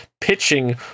pitching